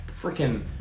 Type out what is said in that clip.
freaking